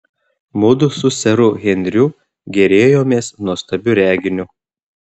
mudu su seru henriu gėrėjomės nuostabiu reginiu